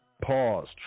pause